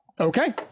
Okay